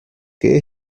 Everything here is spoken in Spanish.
que